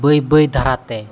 ᱵᱟᱹᱭᱼᱵᱟᱹᱭ ᱫᱷᱟᱨᱟᱛᱮ